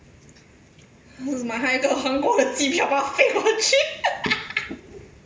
买她一个韩国的机票把她飞过去